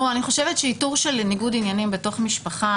אני חושבת שאיתור של ניגוד עניינים בתוך משפחה